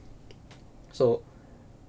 so